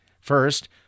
First